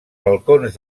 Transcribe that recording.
balcons